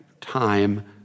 time